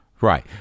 Right